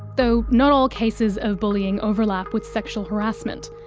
though not all cases of bullying overlap with sexual harassment.